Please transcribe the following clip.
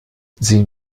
sehen